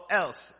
else